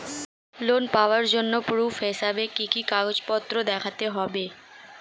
Loan পাওয়ার জন্য proof হিসেবে কি কি কাগজপত্র দেখাতে হবে?